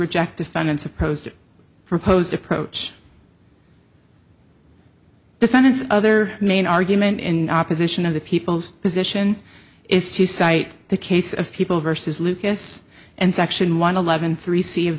reject defendants opposed proposed approach defendant's other main argument in opposition of the people's position is to cite the case of people versus lucas and section one eleventh receive